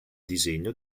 disegno